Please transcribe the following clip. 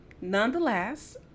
nonetheless